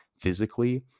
physically